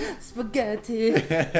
Spaghetti